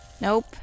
nope